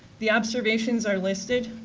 the observations are listed.